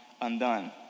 undone